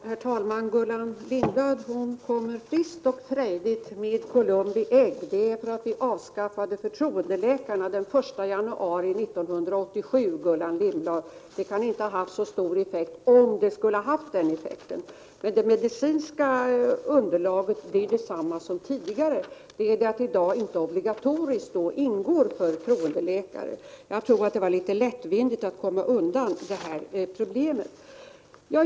Herr talman! Gullan Lindblad kommer friskt och frejdigt med ett Columbi ägg: Orsaken till problemet är att vi avskaffade förtroendeläkarna den 1 januari 1987. Gullan Lindblad, det kan inte ha haft så stor effekt — om det skulle ha haft den effekten. Det medicinska underlaget är detsamma som tidigare. Men i dag är det inte obligatoriskt att förtroendeläkare skall ingå. Jag tror att det var ett försök att lättvindigt komma undan problemen.